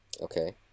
Okay